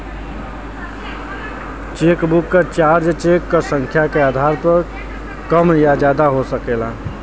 chequebook क charge cheque क संख्या के आधार पर कम या ज्यादा हो सकला